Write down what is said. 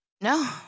no